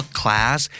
class